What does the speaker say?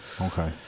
okay